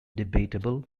debatable